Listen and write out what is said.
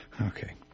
Okay